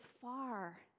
far